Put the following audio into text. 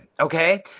Okay